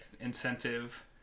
incentive